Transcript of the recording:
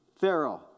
Pharaoh